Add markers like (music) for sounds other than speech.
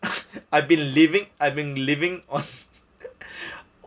(laughs) I've been living I've been living on (laughs)